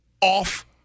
off